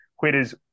Whereas